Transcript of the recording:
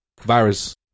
virus